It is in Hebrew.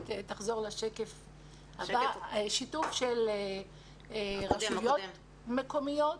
שיתוף של רשויות מקומיות.